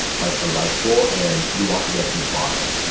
like a rice bowl, and you want to get to the bottom.